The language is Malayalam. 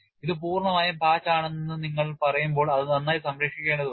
ഇത് പൂർണ്ണമായും പാച്ച് ആണെന്ന് നിങ്ങൾ പറയുമ്പോൾ അത് നന്നായി സംരക്ഷിക്കേണ്ടതുണ്ട്